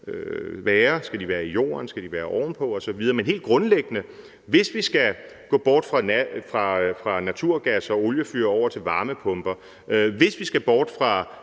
Skal de være i jorden, skal de være oven på osv.? Men helt grundlæggende: Hvis vi skal gå bort fra naturgas og oliefyr og over til varmepumper, hvis vi skal bort fra